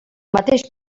mateix